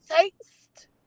taste